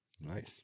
Nice